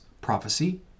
prophecy